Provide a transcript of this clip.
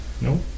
No